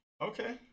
Okay